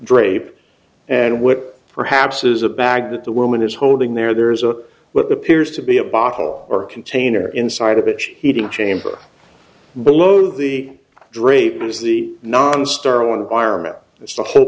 drape and what perhaps is a bag that the woman is holding there there is a what appears to be a bottle or container inside a bitch eating chamber below the drapers the non sterile environment that's the whole